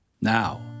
Now